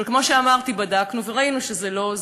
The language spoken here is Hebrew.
אבל כמו שאמרתי, בדקנו וראינו שזה לא עוזר.